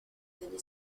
degli